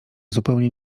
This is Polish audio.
zupełnie